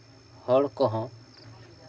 ᱦᱚᱲ ᱠᱚᱦᱚᱸ